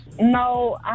No